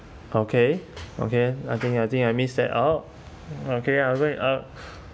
okay okay I think I think I miss that out okay uh I go and uh